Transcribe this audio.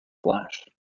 flash